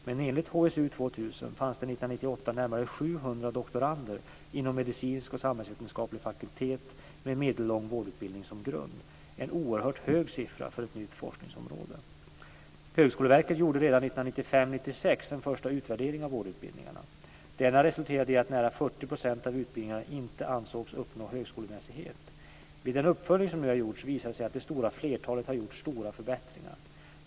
Men enligt HSU 2000 fanns det 1998 närmare 700 doktorander inom medicinsk och samhällsvetenskaplig fakultet med medellång vårdutbildning som grund, en oerhört hög siffra för ett nytt forskningsområde. Högskoleverket gjorde redan 1995/96 en första utvärdering av vårdutbildningarna. Denna resulterade i att nära 40 % av utbildningarna inte ansågs uppnå högskolemässighet. Vid den uppföljning som nu har gjorts visar det sig att det stora flertalet har gjort stora förbättringar.